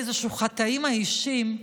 מאיזשהם חטאים אישיים.